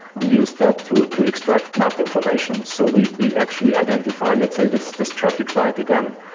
we used that to to extract map information, so we we actually identify let's say, this this traffic light again,